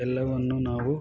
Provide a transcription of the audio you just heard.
ಎಲ್ಲವನ್ನೂ ನಾವು